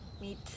meet